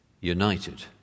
united